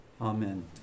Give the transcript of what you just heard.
amen